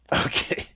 okay